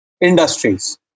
industries